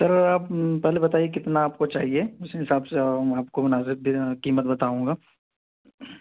سر آپ پہلے بتائیے کتنا آپ کو چاہیے اس حساب سے آپ کو مناسب قیمت بتاؤں گا